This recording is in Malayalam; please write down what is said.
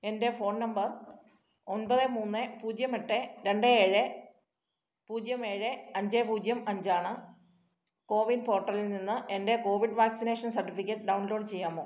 എൻ്റെ ഫോൺ നമ്പർ ഒൻപത് മൂന്ന് പൂജ്യം എട്ട് രണ്ട് ഏഴ് പൂജ്യം ഏഴ് അഞ്ച് പൂജ്യം അഞ്ചാണ് കോവിൻ പോർട്ടലിൽ നിന്ന് എൻ്റെ കോവിഡ് വാക്സിനേഷൻ സർട്ടിഫിക്കറ്റ് ഡൗൺലോഡ് ചെയ്യാമോ